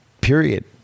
period